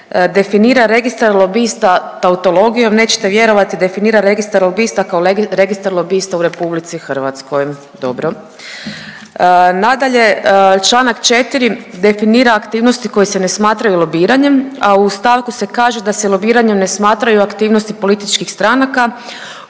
definira registar lobista tautologijom, nećete vjerovati definira registar lobista kao registar lobista u RH. Dobro. Nadalje, Članak 4. definira aktivnosti koje se ne smatraju lobiranjem, a u stavku se kaže da se lobiranjem ne smatraju aktivnosti političkih stranaka